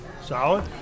Solid